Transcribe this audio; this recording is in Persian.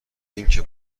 اینکه